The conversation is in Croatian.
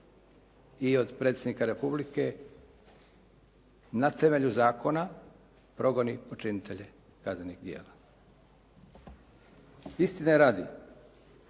i od Predsjednika Republike na temelju zakona progoni počinitelje kaznenih djela. Istine radi,